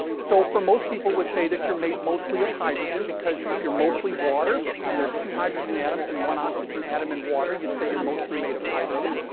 so, for most people, would say that you're made mostly of hydrogen, because, if you're mostly water, and there's two hydrogen atoms and one oxygen atom in water, you'd say you're mostly made of hydrogen.